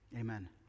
Amen